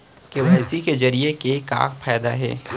KYC जरिए के का फायदा हे?